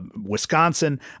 Wisconsin